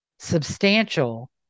substantial